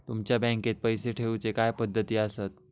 तुमच्या बँकेत पैसे ठेऊचे काय पद्धती आसत?